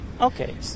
Okay